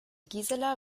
gisela